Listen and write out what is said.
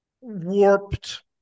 warped